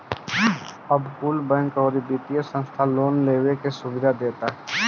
अब कुल बैंक, अउरी वित्तिय संस्था लोन लेवे के सुविधा देता